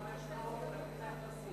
אתה אומר שלא מגיעים להם פרסים.